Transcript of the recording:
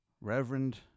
Reverend